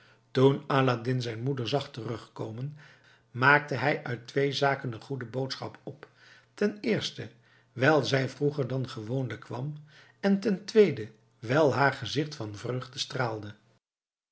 toen aladdin zijn moeder zag terugkomen maakte hij uit twee zaken een goede boodschap op ten eerste wijl zij vroeger dan gewoonlijk kwam en ten tweede wijl haar gezicht van vreugde straalde